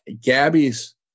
Gabby's